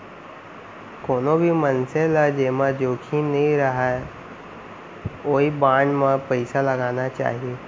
कोनो भी मनसे ल जेमा जोखिम नइ रहय ओइ बांड म पइसा लगाना चाही